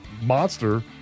monster